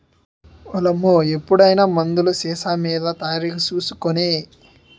ఓలమ్మా ఎప్పుడైనా మందులు సీసామీద తారీకు సూసి కొనే